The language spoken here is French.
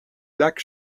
lac